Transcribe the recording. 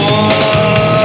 one